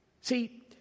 See